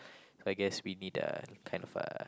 so I guess we need uh kind of uh